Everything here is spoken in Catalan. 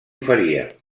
oferia